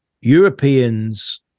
Europeans